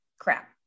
crap